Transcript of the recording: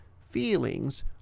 feelings